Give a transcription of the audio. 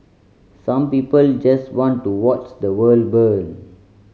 some people just want to watch the world burn